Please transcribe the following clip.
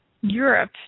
Europe